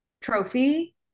trophy